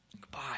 Goodbye